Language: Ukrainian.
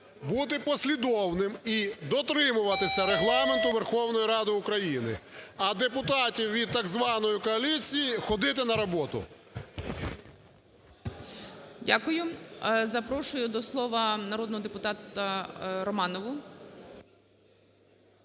бути послідовними і дотримуватись Регламенту Верховної Ради України, а депутатів від так званої коаліції ходити на роботу. ГОЛОВУЮЧИЙ. Дякую. Запрошую до слова народного депутата Романову.